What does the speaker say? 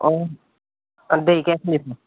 অহ্ দেৰিকৈ খুন্দিব